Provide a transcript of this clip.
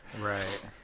Right